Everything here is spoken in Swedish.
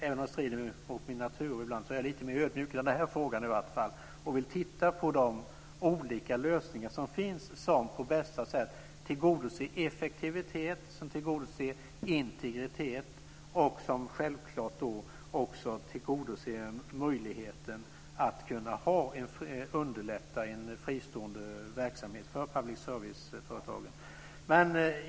Även om det strider mot min natur så är jag lite mer ödmjuk i varje fall i denna fråga, och vill titta på de olika lösningar som finns som på bästa sätt tillgodoser effektivitet, integritet och självfallet också möjligheten att underlätta en fristående verksamhet för public service-företagen.